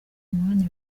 mwanya